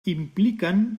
impliquen